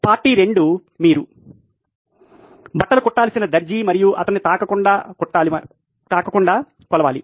party 2 మీరు బట్టలు కుట్టాల్సిన దర్జీ మరియు అతనిని తాకకుండా కొలవాలి